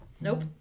nope